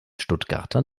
stuttgarter